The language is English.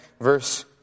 verse